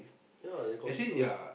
why the coffeeshop